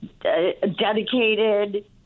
dedicated